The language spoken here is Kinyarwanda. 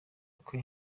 kwe